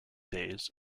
days